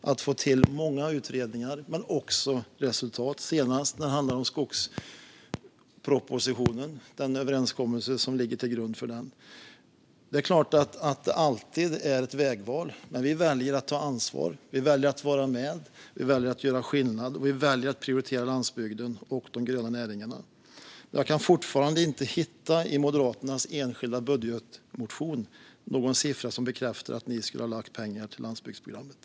Vi har fått till många utredningar men också resultat, senast när det handlade om skogspropositionen och den överenskommelse som ligger till grund för den. Det är klart att det alltid är ett vägval. Men vi väljer att ta ansvar. Vi väljer att vara med. Vi väljer att göra skillnad. Vi väljer att prioritera landsbygden och de gröna näringarna. Jag kan fortfarande inte i Moderaternas enskilda budgetmotion hitta någon siffra som bekräftar att ni skulle ha lagt pengar till landsbygdsprogrammet.